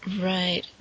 Right